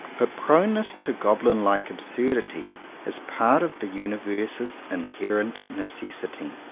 but proneness to goblin-like absurdity is part of the uni verse's inherent necessity.